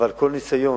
אבל כל ניסיון